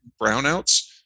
brownouts